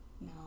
No